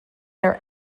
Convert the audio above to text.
their